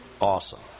awesome